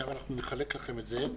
עכשיו אנחנו נחלק לכם את זה.